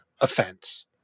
offense